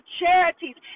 charities